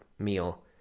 meal